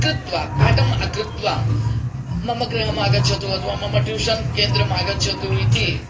आकृत्वा पाठं अकृत्वा मम गृहम् आगच्छतु अथवा मम ट्यूशन् केन्द्रम् आगच्छतु इति